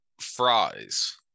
fries